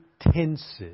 tenses